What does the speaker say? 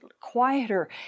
quieter